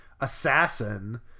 assassin